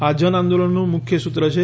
આ જનઆંદોલનનું મુખ્ય સૂત્ર છે